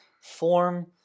form